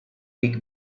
big